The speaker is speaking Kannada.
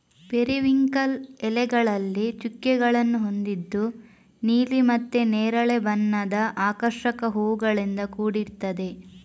ಪೆರಿವಿಂಕಲ್ ಎಲೆಗಳಲ್ಲಿ ಚುಕ್ಕೆಗಳನ್ನ ಹೊಂದಿದ್ದು ನೀಲಿ ಮತ್ತೆ ನೇರಳೆ ಬಣ್ಣದ ಆಕರ್ಷಕ ಹೂವುಗಳಿಂದ ಕೂಡಿರ್ತದೆ